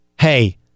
hey